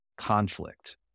conflict